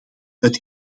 het